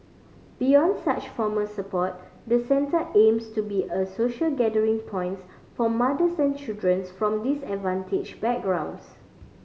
beyond such formal support the centre aims to be a social gathering points for mother centry childrens from disadvantaged backgrounds